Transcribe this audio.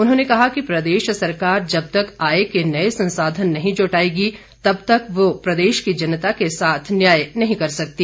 उन्होंने कहा कि प्रदेश सरकार जब तक आय के नए संसाधन नहीं जुटाएगी तब तक वह प्रदेश की जनता के साथ न्याय नहीं कर सकती